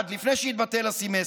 לפני שיתבטל הסמסטר.